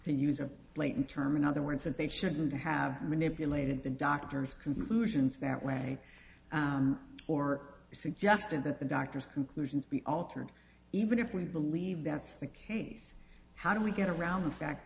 to use a late term in other words that they shouldn't have manipulated the doctor's conclusions that way or suggested that the doctors who couzens be altered even if we believe that's the case how do we get around the fact